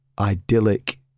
idyllic